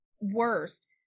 worst